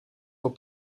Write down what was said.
voor